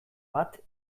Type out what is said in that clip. bat